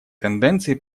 тенденции